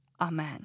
Amen